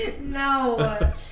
No